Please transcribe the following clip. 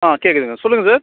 ஆ கேட்குதுங்க சொல்லுங்கள் சார்